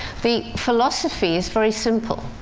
the philosophy is very simple.